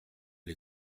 les